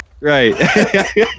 right